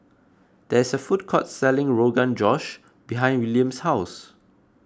there is a food court selling Rogan Josh behind William's house